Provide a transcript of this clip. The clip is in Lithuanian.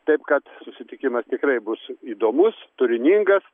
taip kad susitikimas tikrai bus įdomus turiningas